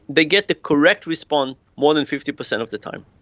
they get the correct response more than fifty percent of the time.